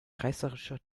reißerischer